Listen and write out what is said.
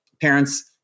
parents